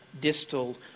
distal